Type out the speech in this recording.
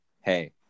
hey